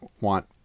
want